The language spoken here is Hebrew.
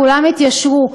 כולם התיישרו.